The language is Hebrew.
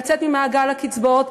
לצאת ממעגל הקצבאות,